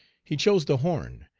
he chose the horn,